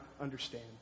understand